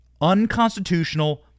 unconstitutional